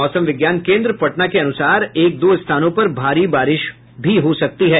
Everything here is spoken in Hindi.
मौसम विज्ञान केन्द्र पटना के अनुसार एक दो स्थानों पर भारी बारिश भी हो सकती है